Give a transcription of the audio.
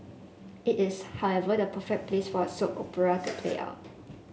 it is however the perfect place for a soap opera to play out